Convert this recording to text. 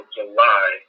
July